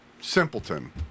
simpleton